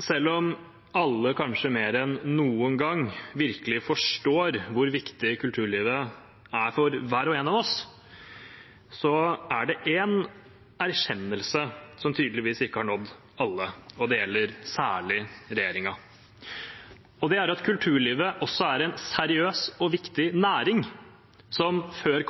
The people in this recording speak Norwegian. selv om alle, kanskje mer enn noen gang, virkelig forstår hvor viktig kulturlivet er for hver og en av oss, så er det én erkjennelse som tydeligvis ikke har nådd alle – og det gjelder særlig regjeringen – og det er at kulturlivet også er en seriøs og viktig næring, som før